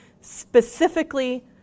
specifically